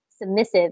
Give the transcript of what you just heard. submissive